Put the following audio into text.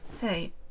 Hey